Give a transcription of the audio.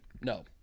No